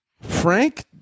Frank